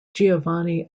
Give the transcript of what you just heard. giovanni